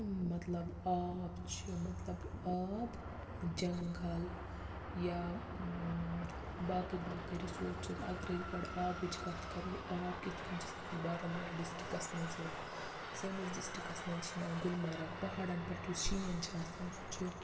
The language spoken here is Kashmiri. مَطلَب آب چھِ مطلب آب جَنٛگَل یا باقٕے باقٕے رِسورسِز اَگَر أسۍ گۄڈٕ آبٕچ کَتھ کَرو آب کِتھ کٔنۍ چھِ سٲنِس بارہمولہ ڈِسٹِرٛکَس منٛز یِوان سٲنِس ڈِسٹِرٛکَس منٛز چھِ یِوان گُلمَرگ پہاڑَن پٮ۪ٹھ یُس شیٖن چھُ آسان سُہ چھِ